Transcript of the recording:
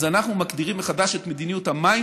אז אנחנו מגדירים מחדש את מדיניות המים